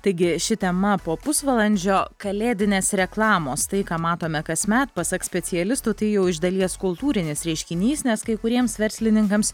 taigi ši tema po pusvalandžio kalėdinės reklamos tai ką matome kasme pasak specialistų tai jau iš dalies kultūrinis reiškinys nes kai kuriems verslininkams